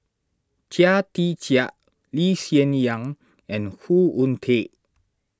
Chia Tee Chiak Lee Hsien Yang and Khoo Oon Teik